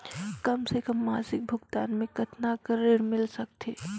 कम से कम मासिक भुगतान मे कतना कर ऋण मिल सकथे?